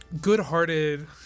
good-hearted